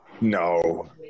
No